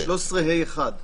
בסעיף 13(ה1).